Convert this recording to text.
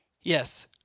Yes